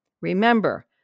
Remember